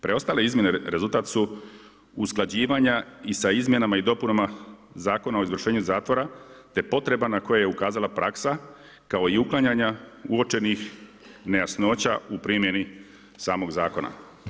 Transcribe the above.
Preostale izmjene rezultat su usklađivanja i sa izmjenama i dopunama zakona o izvršenju zatvora te potreba na koje je ukazala praksa kao i uklanjanja uočenih nejasnoća u primjeni samog zakona.